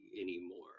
anymore